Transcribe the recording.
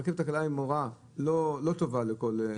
הרכבת הקלה היא מורה לא טובה לכל העניין הזה.